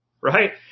right